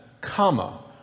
comma